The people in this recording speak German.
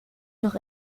noch